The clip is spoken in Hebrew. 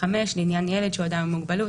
"(5)לעניין ילד שהוא אדם עם מוגבלות,